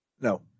No